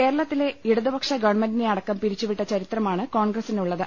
കേരളത്തിലെ ഇടതുപക്ഷ ഗവൺമെന്റിനെയടക്കു പിരിച്ചുവിട്ട ചരിത്രമാണ് കോൺഗ്രസിനുള്ളത്